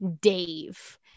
Dave